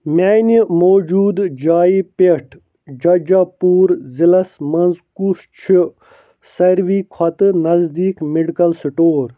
میٛانہِ موٗجوٗدٕ جایہِ پٮ۪ٹھ جاجا پوٗر ضِلعس مَنٛز کُس چھُ سارِوِٕے کھۅتہٕ نٔزدیٖک میڈیکل سِٹور